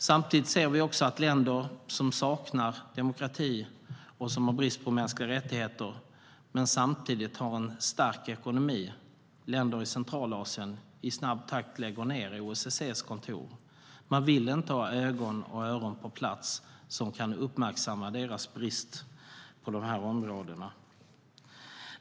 Samtidigt ser vi att länder som saknar demokrati och har brist på mänskliga rättigheter men samtidigt har en stark ekonomi, länder i Centralasien, i snabb takt lägger ned OSSE:s kontor. De vill inte ha ögon och öron på plats som kan uppmärksamma deras brister på de här områdena.